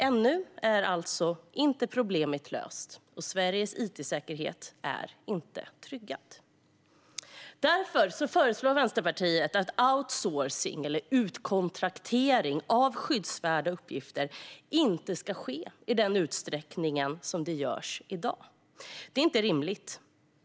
Ännu är alltså inte problemet löst, och Sveriges it-säkerhet är inte tryggad. Därför föreslår Vänsterpartiet att outsourcing, eller utkontraktering, av skyddsvärda uppgifter inte ska kunna ske i den utsträckning som det sker i dag. Det är inte rimligt.